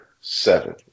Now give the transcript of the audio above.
seven